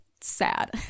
sad